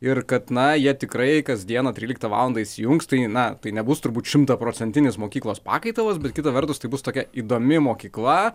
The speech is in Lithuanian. ir kad na jie tikrai kasdieną tryliktą valandą įsijungs tai na tai nebus turbūt šimtaprocentinis mokyklos pakaitalas bet kita vertus tai bus tokia įdomi mokykla